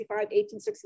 1865